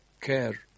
care